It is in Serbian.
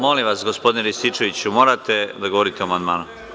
Molim vas, gospodine Rističeviću, morate da govorite o amandmanu.